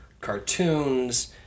Cartoons